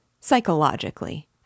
psychologically